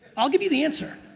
i'll give you the answer.